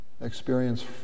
experience